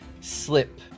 slip